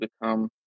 become